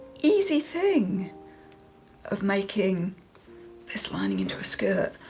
easy thing of making this lining into a skirt.